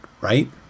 Right